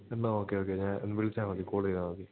എന്നാൽ okay okay ഞാൻ വിളിച്ചാൽ മതി കോൾ ചെയ്താൽ മതി